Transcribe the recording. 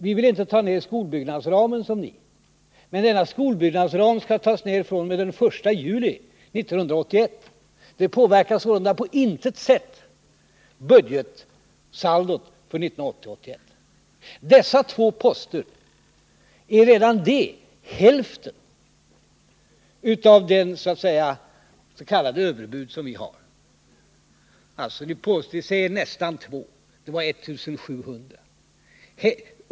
Vi vill inte sänka skolbyggnadsramen, som ni vill göra. Denna skolbyggnadsram skall sänkas fr.o.m. den 1 juli 1981. Det påverkar sålunda på intet sätt budgetsaldot för 1980/81. Dessa två poster är redan de hälften av vårt s.k. överbud. Ni påstår att det är nästan 2 miljarder. I verkligheten är det nästan 1700 miljoner.